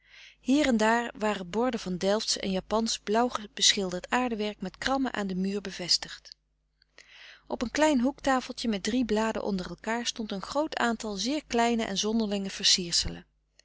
hier en daar waren borden van delftsch en japansch blauw beschilderd aardewerk met krammen aan den muur bevestigd op een klein hoektafeltje met drie bladen onder elkaar stond een groot aantal zeer kleine en zonderlinge versierselen